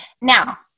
Now